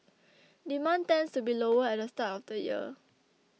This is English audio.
demand tends to be lower at the start of the year